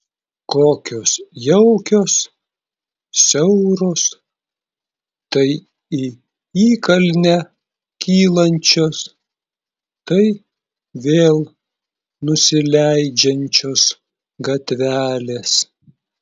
kokios jaukios siauros tai į įkalnę kylančios tai vėl nusileidžiančios gatvelės